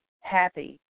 happy